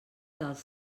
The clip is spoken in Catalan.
dels